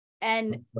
And-